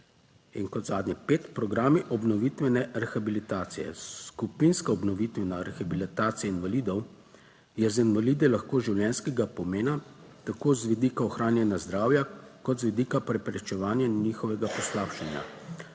In kot zadnje, pet. Programi obnovitvene rehabilitacije. Skupinska obnovitvena rehabilitacija invalidov je za invalide lahko življenjskega pomena tako z vidika ohranjanja zdravja kot z vidika preprečevanja njihovega poslabšanja.